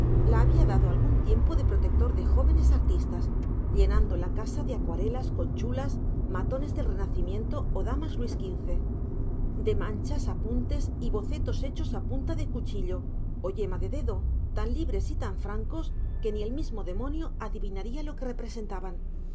la había dado algún tiempo de protector de jóvenes artistas llenando la casa de acuarelas con chulas matones del renacimiento o damas luis xv de manchas apuntes y bocetos hechos a punta de cuchillo o a yema de dedo tan libres y tan francos que ni el mismo demonio adivinaría lo que representaban